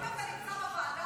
בן גביר